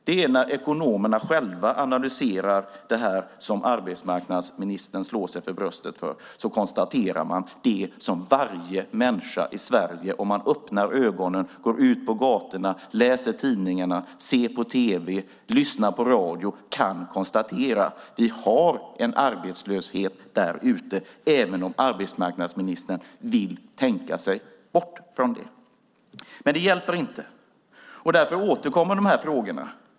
Det är när ekonomerna själva analyserar det som arbetsmarknadsministern slår sig för bröstet för som man konstaterar det som varje människa i Sverige som öppnar ögonen, går ut på gatorna, läser tidningarna, ser på tv eller lyssnar på radio kan konstatera, att vi har en arbetslöshet där ute, även om arbetsmarknadsministern vill tänka sig bort från den. Men det hjälper inte. De här frågorna återkommer.